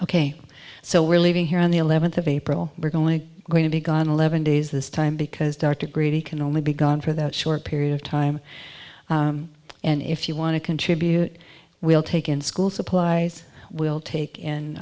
ok so we're leaving here on the eleventh of april we're going to going to be gone eleven days this time because dr greedy can only be gone for that short period of time and if you want to contribute we'll take in school supplies we'll take in